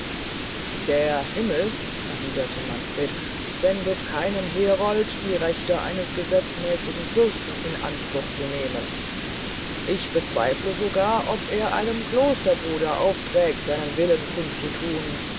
der himmel erwiederte manfred sendet keinen herold die rechte eines gesetzmäßigen fürsten in anspruch zu nehmen ich zweifle sogar ob er einem klosterbruder aufträgt seinen willen kund zu thun